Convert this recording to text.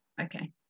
okay